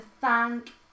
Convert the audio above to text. thank